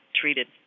treated